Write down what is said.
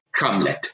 Hamlet